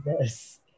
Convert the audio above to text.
Yes